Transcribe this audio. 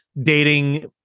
dating